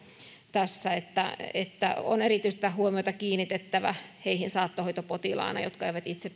tässä niin että on erityistä huomiota kiinnitettävä heihin saattohoitopotilaina jotka eivät itse